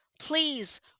please